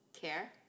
care